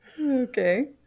Okay